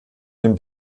dem